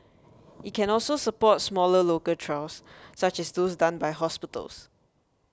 it can also support smaller local trials such as those done by hospitals